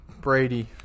brady